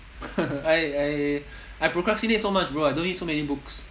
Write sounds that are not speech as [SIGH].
[LAUGHS] I I I procrastinate so much bro I don't need so many books